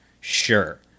sure